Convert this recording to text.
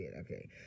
okay